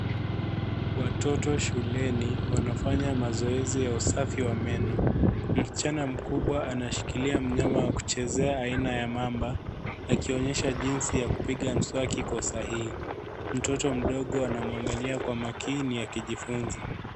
Watoto shuleni wanafanya mazoezi ya usafi wa meno msichana mkubwa anashilkilia mnyama aina ya mamba akionyesha jinsi ya kupiga mswaki kwa sahihi mtoto mdogo anamwangalia kwa makini akijifunza.